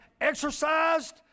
exercised